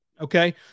Okay